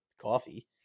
coffee